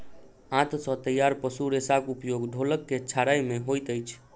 आंत सॅ तैयार पशु रेशाक उपयोग ढोलक के छाड़य मे होइत अछि